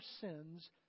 sins